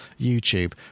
YouTube